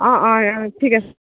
অ অ ঠিক আছে